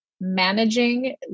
managing